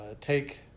take